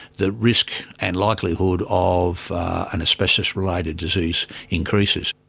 the risk and likelihood of an asbestos related disease increases.